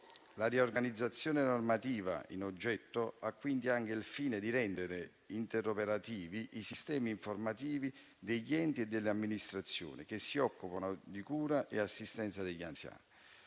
La riorganizzazione normativa in oggetto ha quindi anche il fine di rendere interoperativi i sistemi informativi degli enti e delle amministrazioni che si occupano di cura e assistenza degli anziani.